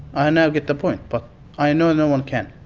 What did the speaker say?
i now get the point but i know no one can.